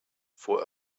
fuhr